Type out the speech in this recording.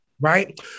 Right